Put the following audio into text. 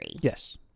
Yes